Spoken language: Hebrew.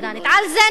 על זה נלחמים.